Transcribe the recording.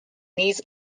these